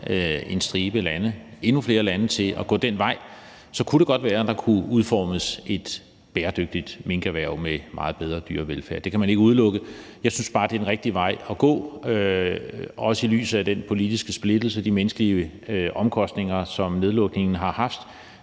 en stribe lande, altså endnu flere lande, til at gå den vej, kunne det godt være, at der kunne udformes et bæredygtigt minkerhverv med meget bedre dyrevelfærd. Det kan man ikke udelukke. Jeg synes bare, det er den rigtige vej at gå – også set i lyset af den politiske splittelse og de menneskelige omkostninger, som nedlukningen har haft